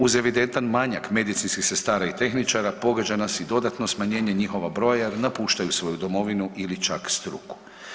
Uz evidentan manjak medicinskih sestara i tehničara pogađa nas i dodatno smanjenje njihova broja, napuštaju svoju domovinu ili čak struku.